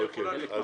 אז